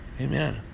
Amen